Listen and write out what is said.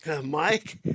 Mike